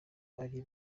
ari